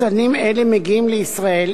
מסתננים אלה מגיעים לישראל,